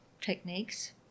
techniques